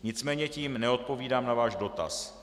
Nicméně tím neodpovídám na váš dotaz.